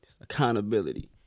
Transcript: Accountability